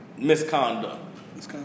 misconduct